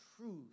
truth